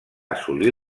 assolir